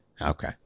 Okay